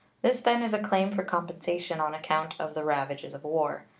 this, then, is a claim for compensation on account of the ravages of war.